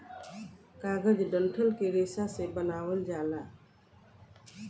कागज डंठल के रेशा से बनावल जाला